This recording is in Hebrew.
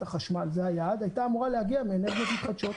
החשמל הייתה אמורה להגיע מאנרגיות מתחדשות,